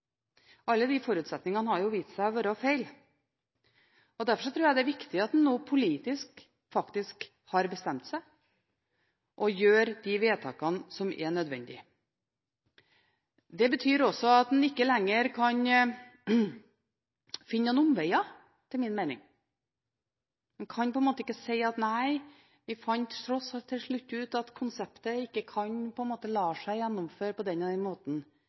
Alle disse forutsetningene har vist seg å være gale. Derfor tror jeg det er viktig at en nå politisk faktisk har bestemt seg og gjør de vedtakene som er nødvendige. Det betyr også at en ikke lenger kan finne noen omveier, etter min mening. En kan ikke si at, nei, vi fant til slutt ut at konseptet ikke lar seg gjennomføre på den og den måten.